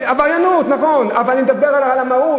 עבריינות, נכון, אבל אני מדבר על המהות.